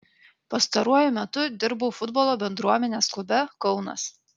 pastaruoju metu dirbau futbolo bendruomenės klube kaunas